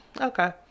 Okay